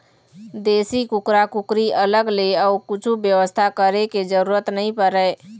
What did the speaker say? देसी कुकरा कुकरी अलग ले अउ कछु बेवस्था करे के जरूरत नइ परय